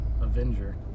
Avenger